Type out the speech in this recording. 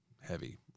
heavy